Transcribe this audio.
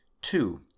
Two